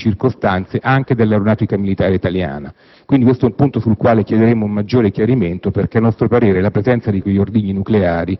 che invece possono essere utilizzati, in alcune determinate circostanze, anche dall'Aeronautica militare italiana. Questo è un punto su cui chiederemo un maggiore chiarimento, perché a nostro parere la presenza di quegli ordigni nucleari,